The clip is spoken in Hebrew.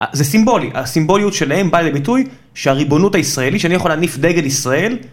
זה סימבולי, הסימבוליות שלהם באה לביטוי שהריבונות הישראלית, שאני יכול להניף דגל ישראל